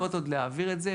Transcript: הן צריכות עוד להעביר את זה,